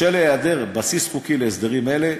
בשל היעדר בסיס חוקי להסדרים אלה,